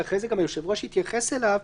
שאחרי זה גם היושב-ראש יתייחס אליו,